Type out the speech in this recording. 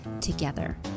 together